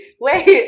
wait